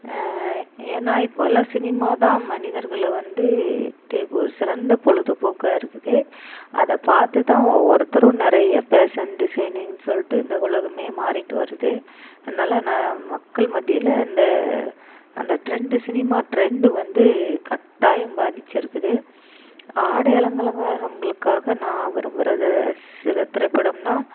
ஏன்னா இப்போதெல்லாம் சினிமா தான் மனிதர்களை வந்து ஒரு சிறந்த பொழுதுபோக்காக இருக்குது அதை பார்த்துதா ஒவ்வொருத்தரும் நிறைய ஃபேஷன் டிசைனிங்னு சொல்லிவிட்டு இந்த உலகம் மாறிகிட்டு வருது அதனால நா மக்கள் மத்தியில் இந்த அந்த டிரெண்ட்டு சினிமா டிரெண்ட்டு வந்து கட்டாயம் பாதித்திருக்குது ஆடை அலங்கலங்காரங்களுக்காக நான் விரும்புற சில திரைப்படம்னா